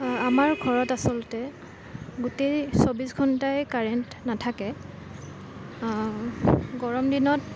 আমাৰ ঘৰত আচলতে গোটেই চৌবিছ ঘণ্টাই কাৰেণ্ট নাথাকে গৰম দিনত